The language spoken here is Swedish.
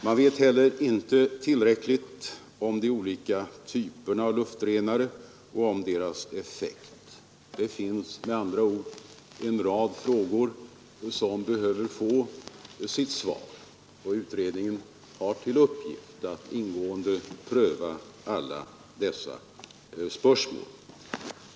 Man vet heller inte tillräckligt om de olika typerna av luftrenare och deras effekt. Det finns med andra ord en rad frågor som behöver få sitt svar, och utredningen har till uppgift att ingående pröva dessa spörsmål.